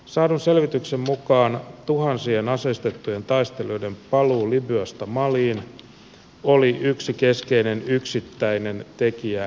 saadun selvityksen mukaan tuhansien aseistettujen taistelijoiden paluu libyasta maliin oli yksi keskeinen yksittäinen tekijä kriisin alkamisessa